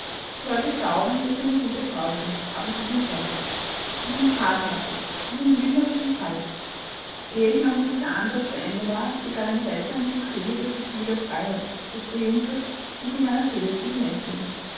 die leute glauben daß sie eine gute frau sind aber sie sind schlecht sie sind hartherzig sie sind lügnerisch und falsch ehe ich noch mit dieser antwort zu ende war begann ein seltsam glückseliges gefühl der freiheit des triumphes sich meiner seele zu bemächtigen